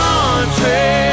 Country